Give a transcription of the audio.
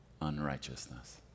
unrighteousness